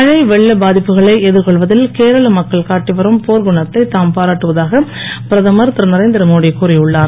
மழை வெள்ள பாதிப்புகளை எதிர்கொள்வதில் கேரள மக்கள் காட்டி வரும் போர் குணத்தை தாம் பாராட்டுவதாக பிரதமர் திரு நரேந்திரமோடி கூறியுள்ளார்